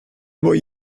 boy